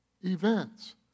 events